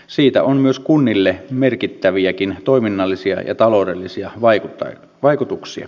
siitä on myös kunnille merkittäviäkin toiminnallisia ja taloudellisia vaikutuksia